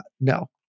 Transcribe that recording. no